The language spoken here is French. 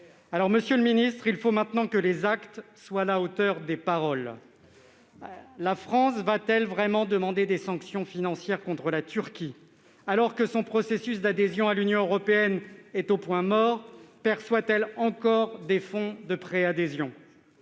Monsieur le ministre, il faut maintenant que les actes soient à la hauteur des paroles. La France va-t-elle vraiment demander des sanctions financières contre la Turquie ? Alors que son processus d'adhésion à l'Union européenne est au point mort, ce pays perçoit-il encore des fonds de préadhésion ?